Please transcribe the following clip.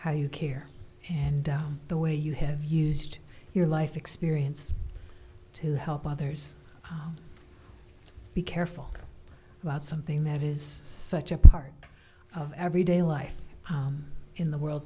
how you care and the way you have used your life experience to help others be careful about something that is such a part of everyday life in the world